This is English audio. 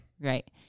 Right